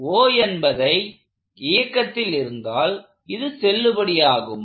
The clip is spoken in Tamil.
O என்பதை இயக்கத்தில் இருந்தால் இது செல்லுபடியாகுமா